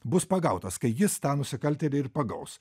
bus pagautas kai jis tą nusikaltėlį ir pagaus